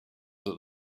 that